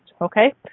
okay